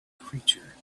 creature